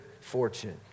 fortune